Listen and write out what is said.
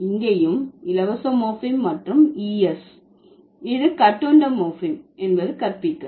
இங்கேயும் இலவச மோர்பீம் மற்றும் es இது கட்டுண்ட மோர்பீம் கற்பிக்க